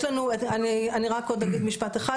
אז אני רק עוד אגיד משפט אחד,